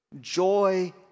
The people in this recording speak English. Joy